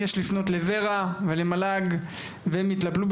יש לפנות ל-ור"ה ולמל"ג והם יטפלו.